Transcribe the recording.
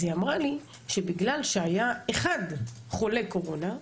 אז היא אמרה לי שבגלל שהיה אחד חולה קורונה,